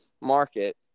market